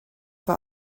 war